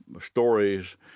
stories